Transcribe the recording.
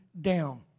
down